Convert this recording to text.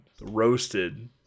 roasted